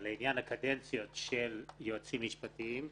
לעניין הקדנציות של יועצים משפטיים.